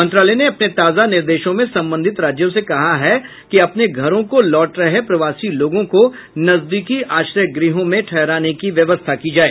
मंत्रालय ने अपने ताजा निर्देशों में संबंधित राज्यों से कहा है कि अपने घरों को लौट रहे प्रवासी लोगों को नजदीकी आश्रय गृहों में ठहराने की व्यवस्था की जाए